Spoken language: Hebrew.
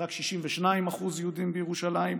רק עם 62% יהודים בירושלים.